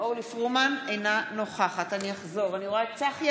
אינה נוכחת אני אחזור: צחי